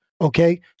Okay